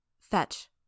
Fetch